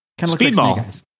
speedball